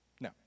No